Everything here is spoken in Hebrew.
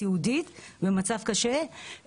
סיעודית במצב קשה,